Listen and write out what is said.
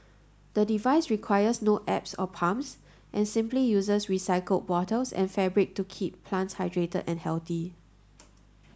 the device requires no apps or pumps and simply uses recycled bottles and fabric to keep plants hydrated and healthy